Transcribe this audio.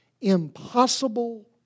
impossible